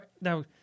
now